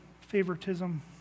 favoritism